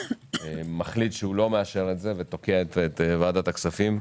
מחליט שהוא לא מאשר ותוקע את ועדת הכספים.